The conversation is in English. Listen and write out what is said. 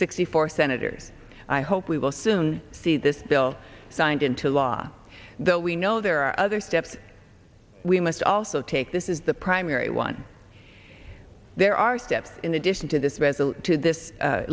sixty four senators i hope we will soon see this bill signed into law though we know there are other steps we must also take this is the primary one there are steps in addition to this resolution to this